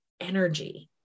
energy